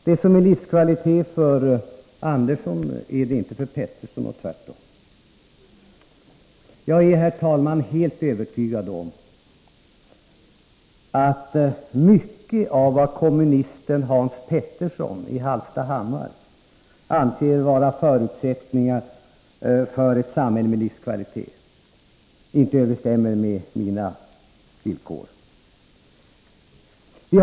Det som är livskvalitet för Andersson är det inte för Pettersson, och tvärtom. Jag är, herr talman, helt övertygad om att mycket av vad kommunisten Hans Petersson i Hallstahammar anser vara förutsättningar för ett samhälle med livskvalitet inte överensstämmer med det som jag ville se förverkligat.